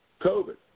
COVID